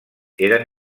eren